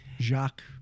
Jacques